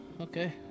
Okay